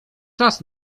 czas